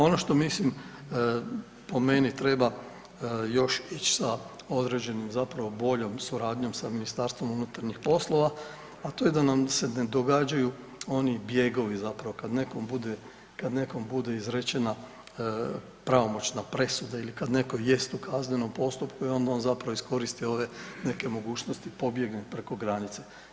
Ono što mislim po meni treba još ići sa određenom zapravo boljom suradnjom sa Ministarstvom unutarnjih poslova, a to je da nam se ne događaju oni bjegovi, zapravo kada nekom bude izrečena pravomoćna presuda ili kada netko jest u kaznenom postupku i onda on zapravo iskoristi ove neke mogućnosti pobjegne preko granice.